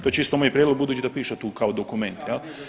To je čisto moj prijedlog budući da piše tu kao dokument.